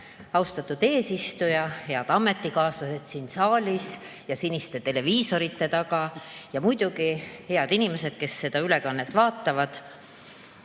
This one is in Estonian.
austatud eesistuja! Head ametikaaslased siin saalis ja siniste televiisorite taga ning muidugi head inimesed, kes seda ülekannet vaatavad!